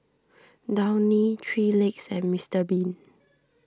Downy three Legs and Mister Bean